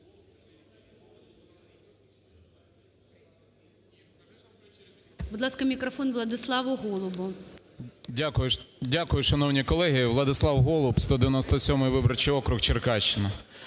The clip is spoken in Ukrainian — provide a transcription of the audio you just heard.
Будь ласка, мікрофон Владиславу Голубу. 11:13:12 ГОЛУБ В.В. Дякую, шановні колеги. Владислав Голуб, 197 виборчий округ, Черкащина.